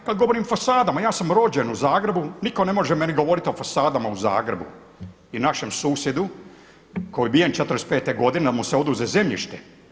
Kada govorim o fasadama, ja sam rođen u Zagrebu, nitko ne može meni govoriti o fasadama u Zagrebu i našem susjedu koji je ubijen '45. da mu se oduzme zemljište.